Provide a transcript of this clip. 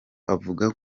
avuga